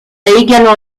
également